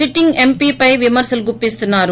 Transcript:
sitting MP పై విమర్శలు గుప్పిస్తున్నారు